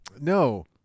No